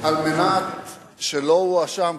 על מנת שלא אואשם,